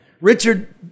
Richard